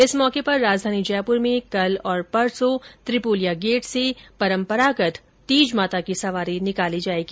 इस मौके पर राजधानी जयपुर में कल और परसों त्रिपोलिया गेट से परम्परागत तीज माता की सवारी निकाली जायेगी